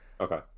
Okay